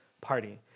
party